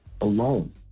alone